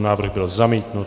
Návrh byl zamítnut.